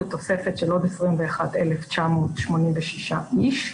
זה תוספת של עוד 21,986 איש.